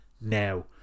now